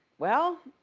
well,